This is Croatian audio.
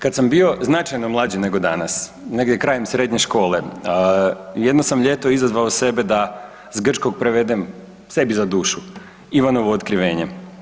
Kad sam bio značajno mlađi nego danas, negdje krajem srednje škole, jedno sam ljeto izazvao sebe da s grčkog prevedem, sebi za dušu Ivanovo Otkrivenje.